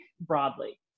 broadly